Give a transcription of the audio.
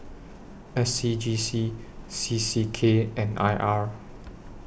S C G C C C K and I R